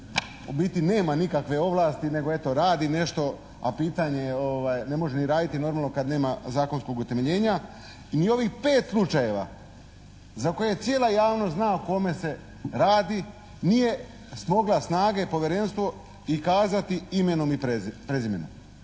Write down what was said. u biti nema nikakve ovlasti nego eto radi nešto, a pitanje je ne može ni raditi normalno kad nema zakonskog utemeljenja. Ni ovih pet slučajeva za koje cijela javnost zna o kome se radi nije smogla snage povjerenstvo i kazati imenom i prezimenom.